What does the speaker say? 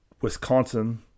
Wisconsin